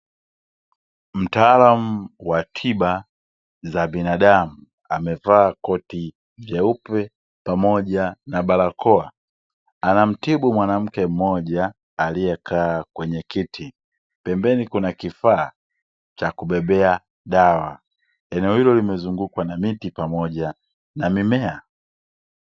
Mtaalamu wa tiba za binadamu amevaa koti jeupe pamoja na barakoa, anamtibu mwanamke mmoja aliyekaa kwenye kiti, pembeni kuna kifaa cha kubebea dawa, eneo hilo limezungukwa na miti na mimea.